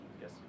Yes